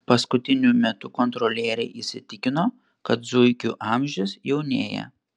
paskutiniu metu kontrolieriai įsitikino kad zuikių amžius jaunėja